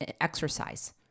exercise